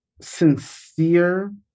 sincere